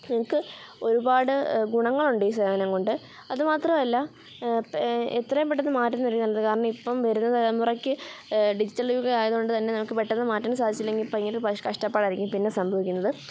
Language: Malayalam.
നിങ്ങൾക്ക് ഒരുപാട് ഗുണങ്ങളുണ്ട് ഈ സേവനം കൊണ്ട് അതുമാത്രമല്ല പെ എത്രയും പെട്ടെന്നു മാറ്റുന്നതായിരിക്കും നല്ലത് കാരണം ഇപ്പം വരുന്ന തലമുറയ്ക്ക് ഡിജിറ്റൽ യുഗമായതു കൊണ്ടു തന്നെ നമുക്കു പെട്ടെന്നു മാറ്റാൻ സാധിച്ചില്ലെങ്കിൽ ഭയങ്കര പഷ് കഷ്ടപ്പാടായിരിക്കും പിന്നെ സംഭവിക്കുന്നത്